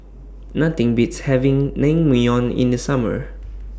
Nothing Beats having Naengmyeon in The Summer